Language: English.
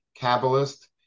Kabbalist